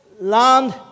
land